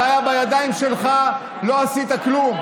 זה היה בידיים שלך ולא עשית כלום.